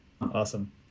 Awesome